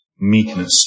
meekness